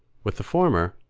with the former,